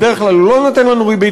בדרך כלל הוא לא נותן לנו ריבית,